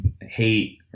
hate